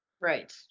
right